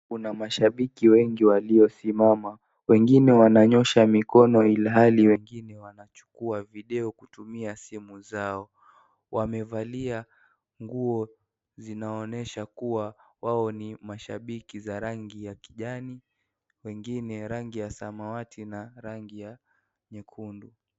Kuna mashabiki wengi waliosimama, wengine wananyoosha mikono ilhali wengine wanachukua video kutumia simu zao. Wamevalia nguo zinaonyesha kuwa wao ni mashabiki za rangi ya kijani, wengine rangi ya samawati na rangi ya nyekundu.